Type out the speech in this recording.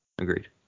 Agreed